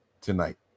tonight